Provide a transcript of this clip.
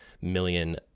million